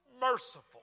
merciful